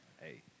Hey